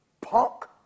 Punk